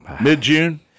Mid-June